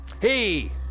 Hey